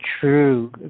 true